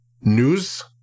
news